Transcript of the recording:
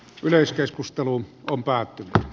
yleiskeskustelun päätyttyä